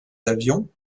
avions